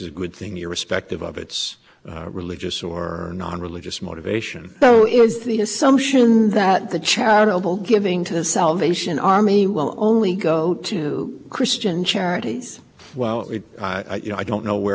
is a good thing irrespective of its religious or non religious motivation so is the assumption that the charitable giving to the salvation army will only go to christian charities well you know i don't know where